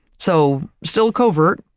so still covert,